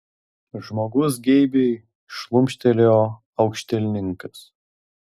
žmogus geibiai šlumštelėjo aukštielninkas